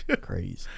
Crazy